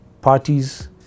parties